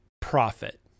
profit